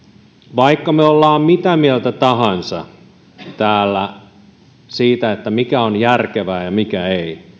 vaikka me olemme täällä mitä mieltä tahansa siitä mikä on järkevää ja ja mikä ei